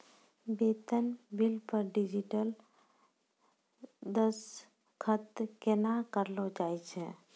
बेतन बिल पर डिजिटल दसखत केना करलो जाय छै?